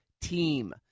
team